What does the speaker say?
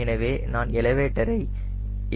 எனவே நான் எலவேட்டர் ஐ எதிர்கொள்ள வேண்டும்